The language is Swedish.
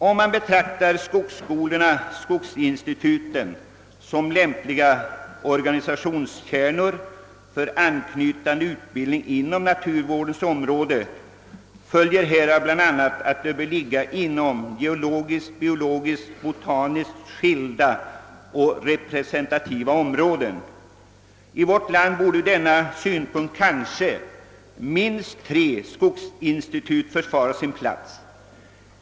Om man betraktar skogsskolorna— skogsinstituten som lämpliga organisationskärnor för anknytande utbildning inom naturvårdens område, följer härav bl.a. att de bör ligga inom geologiskt, biologiskt och botaniskt skilda och representativa områden. I vårt land borde ur denna synpunkt minst tre skogsinstitut kunna försvara sin plats.